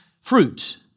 fruit